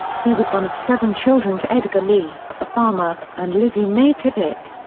he was one of seven children to edgar lee, a farmer, and lizzie mae tippit.